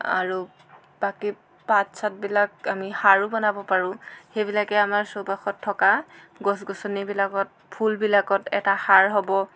আৰু বাকী পাত চাতবিলাক আমি সাৰো বনাব পাৰো সেইবিলাকে আমাৰ চৌপাশত থকা গছ গছনিবিলাকত ফুলবিলাকত এটা সাৰ হ'ব